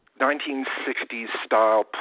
1960s-style